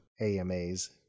AMAs